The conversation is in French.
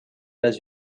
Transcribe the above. bas